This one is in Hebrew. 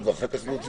ואם אני לא מוכן,